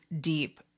deep